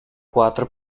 quatro